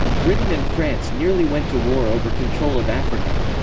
britain and france nearly went to war over control of africa.